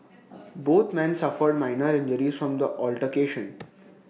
both men suffered minor injuries from the altercation